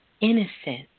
innocent